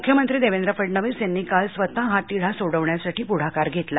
मुख्यमंत्री देवेंद्र फडणविस यांनी काल स्वतः हा तिढा सोडवण्यासाठी पुढाकार घेतला